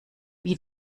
wie